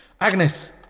Agnes